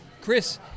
Chris